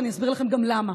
ואני אסביר לכם גם למה.